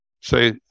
say